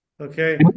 Okay